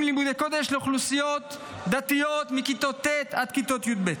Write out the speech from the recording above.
לימודי קודש לאוכלוסיות דתיות מכיתות ט' עד כיתות י"ב.